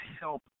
help